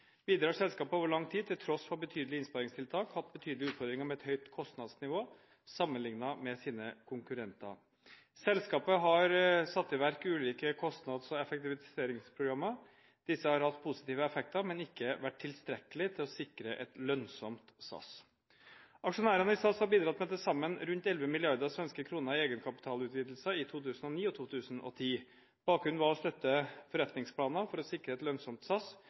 Videre har selskapet over lang tid, til tross for betydelige innsparingstiltak, hatt betydelige utfordringer med et høyt kostnadsnivå sammenlignet med sine konkurrenter. Selskapet har satt i verk ulike kostnads- og effektiviseringsprogrammer. Disse har hatt positive effekter, men ikke vært tilstrekkelige til å sikre et lønnsomt SAS. Aksjonærene i SAS har bidratt med til sammen rundt 11 mrd. svenske kroner i egenkapitalutvidelser i 2009 og 2010. Bakgrunnen var å støtte forretningsplaner for å sikre et lønnsomt